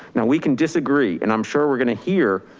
now we can disagree and i'm sure we're gonna hear